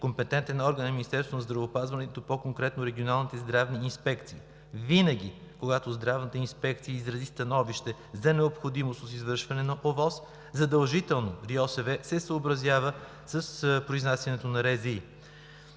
компетентен орган е Министерството на здравеопазването и по-конкретно Регионалните здравни инспекции. Винаги когато здравната инспекция изрази становище за необходимост от извършване на ОВОС, задължително РИОСВ се съобразява с произнасянето на РЗИ.